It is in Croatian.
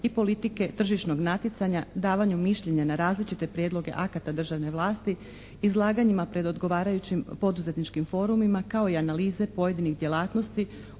i politike tržišnog natjecanja, davanju mišljenja na različite prijedloge akata državne vlasti, izlaganjima pred odgovarajućim poduzetničkim forumima kao i analize pojedinih djelatnosti